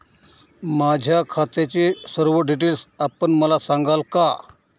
माझ्या खात्याचे सर्व डिटेल्स आपण मला सांगाल का?